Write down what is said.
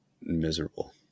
miserable